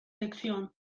lección